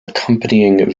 accompanying